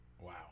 Wow